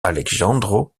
alejandro